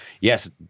yes